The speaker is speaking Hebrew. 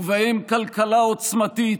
ובהם כלכלה עוצמתית,